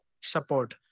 support